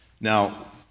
Now